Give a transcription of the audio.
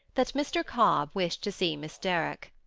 that mr. cobb wished to see miss derrick.